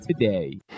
today